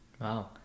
Wow